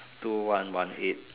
two one one eight